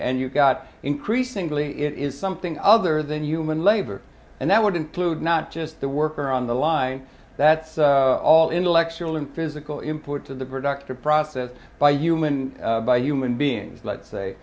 and you've got increasingly it is something other than human labor and that would include not just the worker on the line that's all intellectual and physical import to the productive process by human by human beings let's say